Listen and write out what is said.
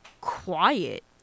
quiet